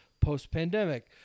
post-pandemic